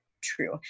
true